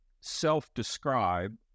self-describe